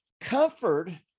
Comfort